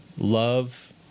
Love